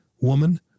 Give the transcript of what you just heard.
woman